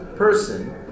person